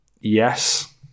Yes